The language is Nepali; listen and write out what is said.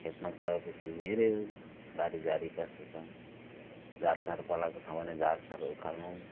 खेतमा गए पछि हेर्यो बारी झारी कस्तो छ झार सार पलाएको छ भने झार सार उखेल्नु